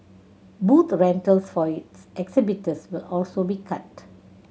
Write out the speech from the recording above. booth rentals for its exhibitors will also be cut